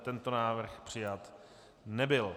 Tento návrh přijat nebyl.